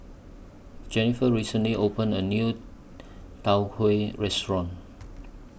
Jenniffer recently opened A New Tau Huay Restaurant